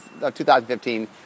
2015